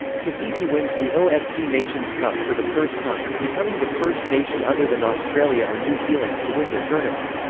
tahiti wins the ofc nations cup for the first time, becoming the first nation other than australia or new zealand to win the tournament.